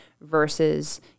versus